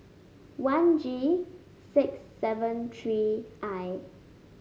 one G six seven three I